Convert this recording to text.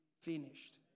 finished